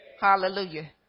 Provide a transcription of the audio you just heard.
Hallelujah